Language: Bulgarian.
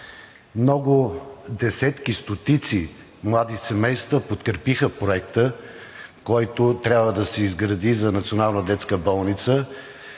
Много – десетки и стотици, млади семейства подкрепиха проекта, който трябва да се изгради за